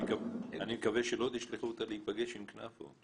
אני מקווה שלא תשלחו אותה להיפגש עם כנפו.